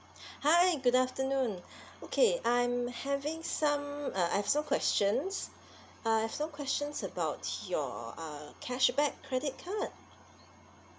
hi good afternoon okay I'm having some uh I've some questions uh some questions about your uh cashback credit card